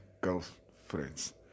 girlfriends